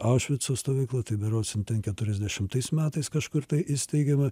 aušvico stovykla tai berods jin ten keturiasdešimtais metais kažkur tai įsteigiama